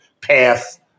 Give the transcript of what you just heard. path